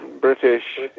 British